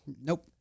Nope